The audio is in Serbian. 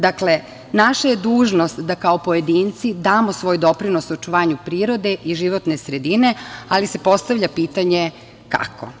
Dakle, naša je dužnost da kao pojedinci damo svoj doprinos očuvanju prirode i životne sredine, ali se postavlja pitanje kako.